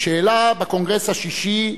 שהעלה בקונגרס השישי,